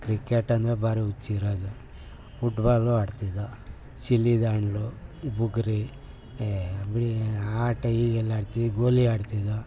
ಕ್ರಿಕೆಟೆಂದರೆ ಭಾರಿ ಹುಚ್ಚಿರೋದು ಫುಟ್ಬಾಲು ಆಡ್ತಿದ್ದು ಚಿನ್ನಿದಾಂಡು ಬುಗುರಿ ಏ ಬಿಡಿ ಆಟ ಈಗೆಲ್ಲಿ ಆಡ್ತೀವಿ ಗೋಲಿ ಆಡ್ತಿದ್ದೊ